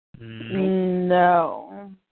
No